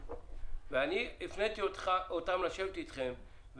הפניתי אותם לשבת איתכם,